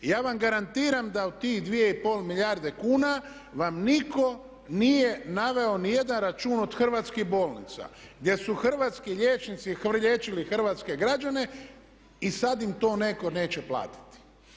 I ja vam garantiram da u tih dvije i pol milijarde kuna vam nitko nije naveo ni jedan račun od hrvatskih bolnica gdje su hrvatski liječnici liječili hrvatske građane i sad im to netko neće platiti.